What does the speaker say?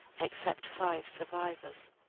except five survivors.